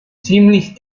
ziemlich